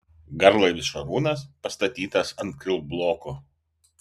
garlaivis šarūnas pastatytas ant kilbloko